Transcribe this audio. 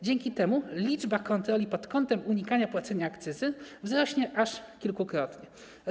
Dzięki temu liczba kontroli pod kątem unikania płacenia akcyzy wzrośnie aż kilkukrotnie.